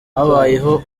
habayeho